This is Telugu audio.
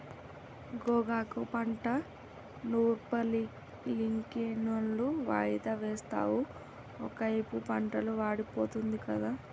గోగాకు పంట నూర్పులింకెన్నాళ్ళు వాయిదా వేస్తావు ఒకైపు పంటలు వాడిపోతుంది గదా